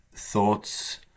thoughts